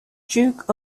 duke